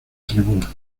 tribuna